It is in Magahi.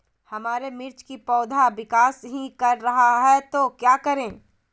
हमारे मिर्च कि पौधा विकास ही कर रहा है तो क्या करे?